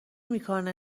میکنه